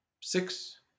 Six